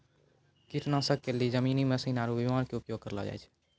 कीटनाशक के लेली जमीनी मशीन आरु विमान के उपयोग कयलो जाय छै